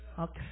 okay